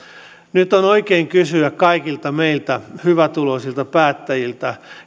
nyt on oikein kysyä kaikilta meiltä hyvätuloisilta päättäjiltä